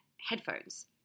headphones